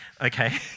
okay